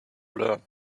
learn